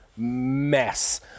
mess